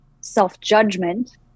self-judgment